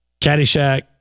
Caddyshack